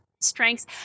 strengths